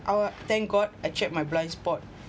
I wa~ thank god I check my blind spot